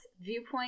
viewpoint